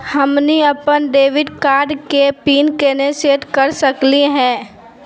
हमनी अपन debit card के पीन केना सेट कर सकली हे?